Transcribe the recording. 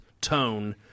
tone